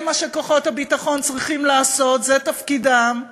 זה מה שכוחות הביטחון צריכים לעשות, זה תפקידם,